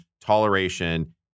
toleration